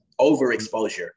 overexposure